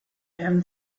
him